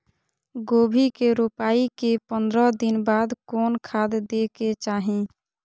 गोभी के रोपाई के पंद्रह दिन बाद कोन खाद दे के चाही?